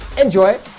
Enjoy